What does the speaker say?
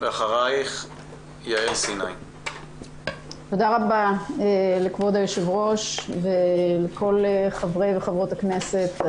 תודה רבה לכבוד היושב ראש ולכל חברי וחברות הכנסת.